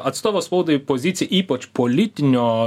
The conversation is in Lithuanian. atstovo spaudai pozicija ypač politinio